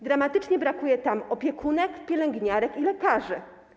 Dramatycznie brakuje tam opiekunek, pielęgniarek i lekarzy.